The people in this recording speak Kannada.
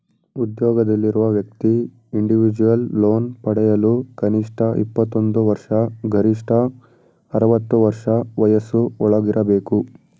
ಉದ್ಯೋಗದಲ್ಲಿರುವ ವ್ಯಕ್ತಿ ಇಂಡಿವಿಜುವಲ್ ಲೋನ್ ಪಡೆಯಲು ಕನಿಷ್ಠ ಇಪ್ಪತ್ತೊಂದು ವರ್ಷ ಗರಿಷ್ಠ ಅರವತ್ತು ವರ್ಷ ವಯಸ್ಸಿನ ಒಳಗಿರಬೇಕು